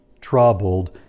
troubled